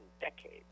decades